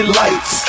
lights